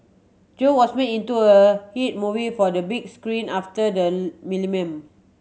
Joe was made into a hit movie for the big screen after the millennium